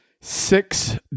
six